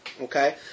Okay